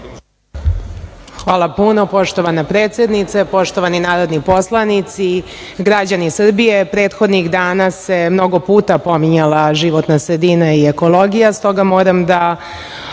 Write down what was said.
Hvala puno. Poštovana predsednice, poštovani narodni poslanici, građani Srbije, prethodnih dana se mnogo puta pominjala životna sredina i ekologija, s toga moram da